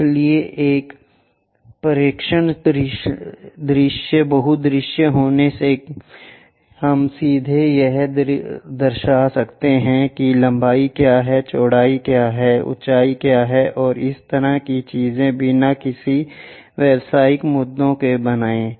इसलिए एक प्रक्षेपण दृश्य बहु दृश्य होने से हम सीधे यह दर्शा सकते हैं कि लंबाई क्या है चौड़ाई क्या है ऊँचाई क्या है और इस तरह की चीजें बिना किसी व्यावसायिक मुद्दों को बनाए